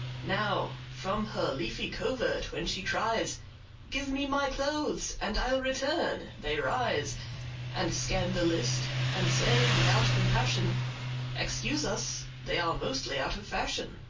now, from her leafy covert when she cries give me my clothes and i'll return, they rise and scan the list, and say without compassion excuse us they are mostly out of fashion.